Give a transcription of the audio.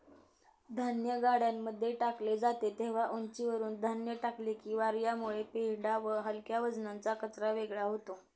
धान्य गाड्यांमध्ये टाकले जाते तेव्हा उंचीवरुन धान्य टाकले की वार्यामुळे पेंढा व हलक्या वजनाचा कचरा वेगळा होतो